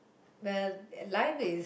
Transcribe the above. well life is